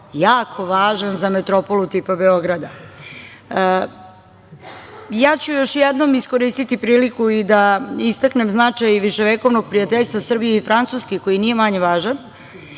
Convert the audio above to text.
jako važan za metropolu tipa Beograda. Još jednom ću iskoristiti priliku i da istaknem značaj i viševekovnog prijateljstva Srbije i Francuske koji nije manje važan.